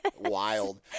wild